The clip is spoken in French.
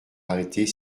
arrêter